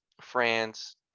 france